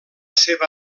seva